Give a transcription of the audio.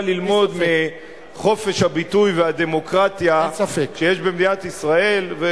ללמוד מחופש הביטוי והדמוקרטיה שיש במדינת ישראל.